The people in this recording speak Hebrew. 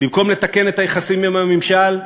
במקום לתקן את היחסים עם הממשל,